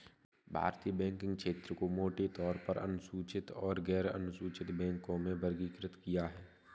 भारतीय बैंकिंग क्षेत्र को मोटे तौर पर अनुसूचित और गैरअनुसूचित बैंकों में वर्गीकृत किया है